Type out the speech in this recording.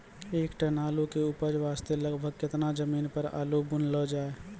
एक टन आलू के उपज वास्ते लगभग केतना जमीन पर आलू बुनलो जाय?